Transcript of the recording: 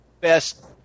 best